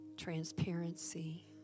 Transparency